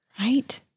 Right